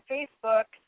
Facebook